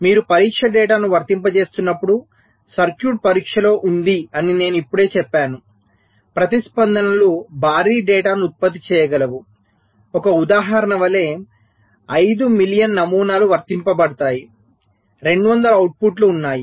మీరు పరీక్ష డేటాను వర్తింపజేస్తున్నప్పుడు సర్క్యూట్ పరీక్షలో ఉంది అని నేను ఇప్పుడే చెప్పాను ప్రతిస్పందనలు భారీ డేటాను ఉత్పత్తి చేయగలవు ఒక ఉదాహరణ వలె 5 మిలియన్ నమూనాలు వర్తించబడతాయి 200 అవుట్పుట్లు ఉన్నాయి